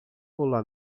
pula